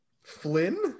Flynn